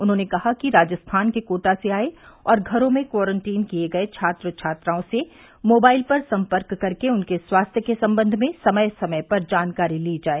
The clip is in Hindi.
उन्होंने कहा कि राजस्थान के कोटा से आए और घरों में क्वारंटीन किए गए छात्र छात्राओं से मोबाइल पर संपर्क कर उनके स्वास्थ्य के संबंध में समय समय पर जानकारी ली जाए